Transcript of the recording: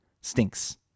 stinks